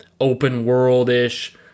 open-world-ish